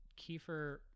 kiefer